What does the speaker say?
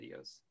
videos